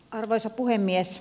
arvoisa puhemies